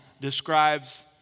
describes